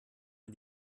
man